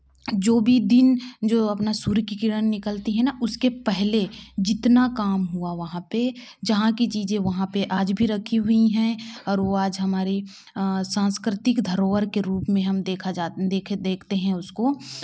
जो भी दिन जो अपना सूर्य की किरण निकलती है ना उसके पहले जितना कम हुआ वहाँ पे जहाँ की चीज वहाँ पे आज भी रखी हुई हैं और वो आज हमारी सांस्कृतिक धरोहर के रूप में हम देखा जाता देखते हैं उसको